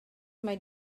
mae